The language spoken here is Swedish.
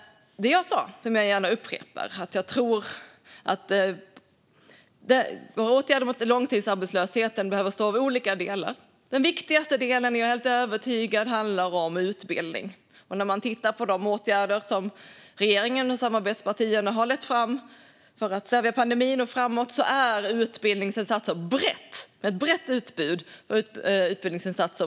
Det jag sa, och som jag gärna upprepar, är att jag tror att våra åtgärder mot långtidsarbetslösheten behöver bestå av olika delar. Jag är helt övertygad om att den viktigaste delen handlar om utbildning. När man tittar på de åtgärder som regeringen och samarbetspartierna har lagt fram för att stävja pandemins verkningar och framåt ser man att det är ett brett och stärkt utbud av utbildningsinsatser.